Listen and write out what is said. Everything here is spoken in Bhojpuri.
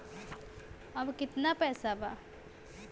अब कितना पैसा बा?